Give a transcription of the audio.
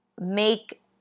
make